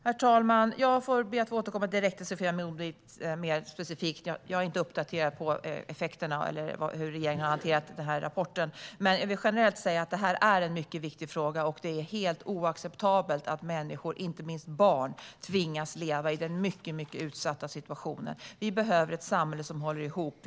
Herr talman! Jag ber att få återkomma mer specifikt direkt till Sofia Modigh. Jag är inte uppdaterad om effekterna eller hur regeringen har hanterat rapporten. Generellt vill jag säga att det här är en mycket viktig fråga. Det är helt oacceptabelt att människor, inte minst barn, tvingas leva i denna mycket utsatta situation. Vi behöver ett samhälle som håller ihop.